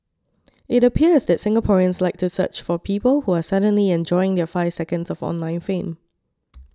it appears that Singaporeans like to search for people who are suddenly enjoying their five seconds of online fame